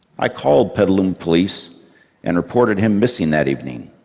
i called petaluma police and reported him missing that evening.